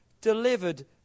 delivered